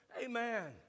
Amen